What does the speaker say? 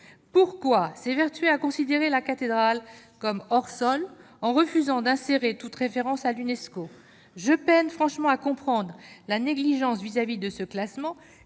Pourquoi s'évertuer à considérer la cathédrale comme hors-sol, en refusant d'insérer toute référence à l'Unesco ? Franchement, je peine à comprendre la négligence que subit ce classement,